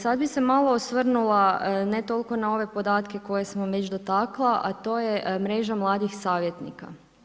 Sad bih se malo osvrnula, ne toliko na ove podatke koje sam već dotakla, a to je mreža mladih savjetnika.